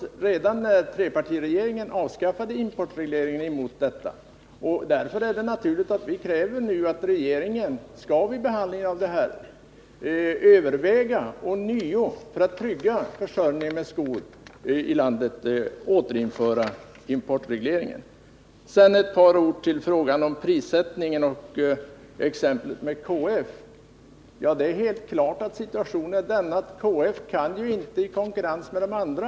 Redan när trepartiregeringen avskaffade importregleringen vände vi oss emot detta. Därför är det naturligt att vi nu kräver att regeringen vid behandlingen av den här frågan skall överväga att återinföra importregleringen för att trygga försörjningen med skor i landet. Sedan vill jag också säga ett par ord i anslutning till frågan om prissättningen och exemplet med KF. Det är helt klart att KF inte ensamt kan ha en annan prissättning i konkurrens med de andra.